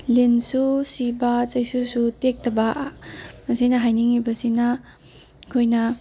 ꯂꯤꯟꯁꯨ ꯁꯤꯕ ꯆꯩꯁꯨꯁꯨ ꯇꯦꯛꯇꯕ ꯃꯁꯤꯅ ꯍꯥꯏꯅꯤꯡꯉꯤꯕꯁꯤꯅ ꯑꯩꯈꯣꯏꯅ